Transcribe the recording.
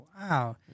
Wow